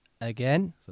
again